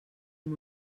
amb